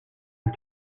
and